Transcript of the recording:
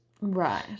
right